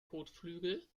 kotflügel